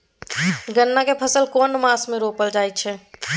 गन्ना के फसल केना मास मे रोपल जायत छै?